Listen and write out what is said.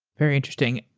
very interesting.